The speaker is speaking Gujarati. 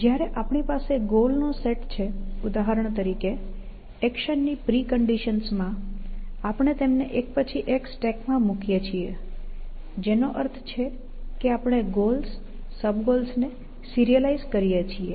જ્યારે આપણી પાસે ગોલનો સેટ છે ઉદાહરણ તરીકે એક્શનની પ્રિકન્ડિશન્સ માં આપણે તેમને એક પછી એક સ્ટેકમાં મૂકીએ છીએ જેનો અર્થ છે કે આપણે ગોલ્સ સબ ગોલ્સને સિરીઅલાઈઝ કરીએ છીએ